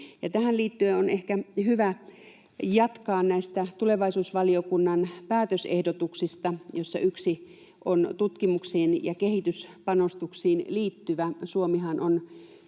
Tähän liittyen on ehkä hyvä jatkaa näistä tulevaisuusvaliokunnan päätösehdotuksista, joista yksi on tutkimuksiin ja kehityspanostuksiin liittyvä. Suomihan on